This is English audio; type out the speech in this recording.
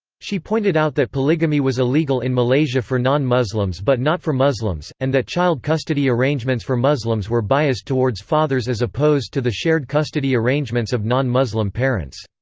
she pointed out that polygamy was illegal in malaysia for non-muslims but not for muslims, and that child custody arrangements for muslims were biased towards fathers as opposed to the shared-custody arrangements of non-muslim parents.